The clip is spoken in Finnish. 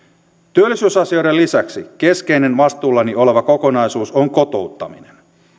työllisyysasioiden lisäksi keskeinen vastuullani oleva kokonaisuus on kotouttaminen